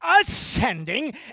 ascending